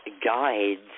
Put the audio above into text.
Guides